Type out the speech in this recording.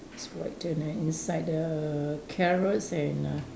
it's white and then inside the carrots and uh